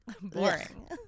Boring